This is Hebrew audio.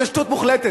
זו שטות מוחלטת.